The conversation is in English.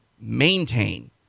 maintain